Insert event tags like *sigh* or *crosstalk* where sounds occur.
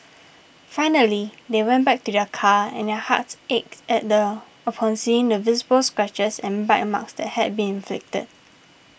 finally they went back to their car and their hearts ached *unintelligible* upon seeing the visible scratches and bite marks that had been inflicted